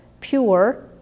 pure